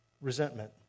resentment